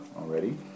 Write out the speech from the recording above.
already